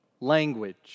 language